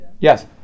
Yes